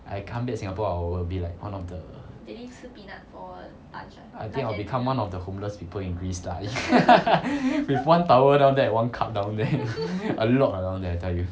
I come back singapore I will be like one of the I think I will become one of the homeless people in greece lah with one towel down there and one cup down there a lot around there I tell you